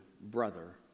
brother